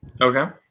Okay